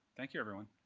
thank you, everyone.